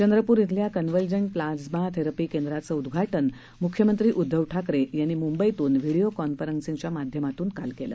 चंद्रपुर इथल्या convalescent plasma therapy केंद्राचं उद्घाटन म्ख्यमंत्री उद्धव ठाकरे यांनी म्ंबईतून व्हिडिओ कॉन्फरन्सिंगच्या माध्यमातून काल केलं